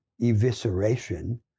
evisceration